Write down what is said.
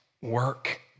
work